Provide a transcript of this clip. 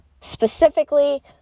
specifically